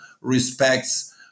respects